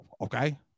Okay